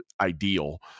ideal